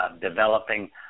developing